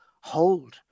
hold